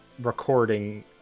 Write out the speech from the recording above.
recording